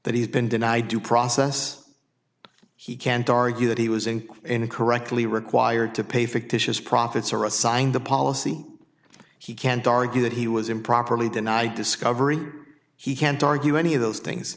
that he's been denied due process he can't argue that he was in quite correctly required to pay fictitious profits are assigned the policy he can't argue that he was improperly deny discovery he can't argue any of those things